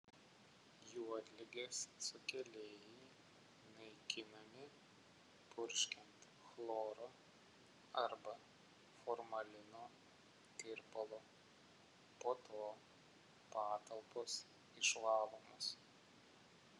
juodligės sukėlėjai naikinami purškiant chloro arba formalino tirpalu po to patalpos išvalomos